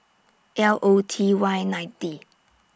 L O T Y ninety